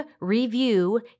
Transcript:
review